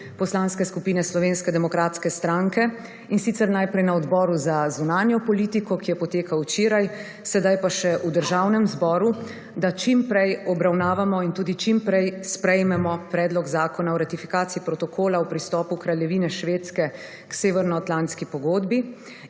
Poslanske skupine Slovenske demokratske stranke in sicer najprej na Odboru za zunanjo politiko, ki je potekel včeraj in sedaj še v Državnem zbor, da čim prej obravnavamo in tudi čim prej sprejmemo Predlog Zakona o ratifikaciji protokola v pristopu Kraljevine Švedske k Severnoatlantski pogodbi